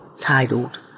titled